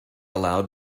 allowed